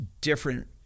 different